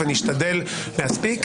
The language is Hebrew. ונשתדל להספיק.